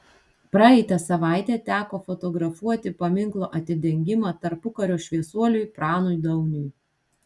praeitą savaitę teko fotografuoti paminklo atidengimą tarpukario šviesuoliui pranui dauniui